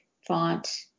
Font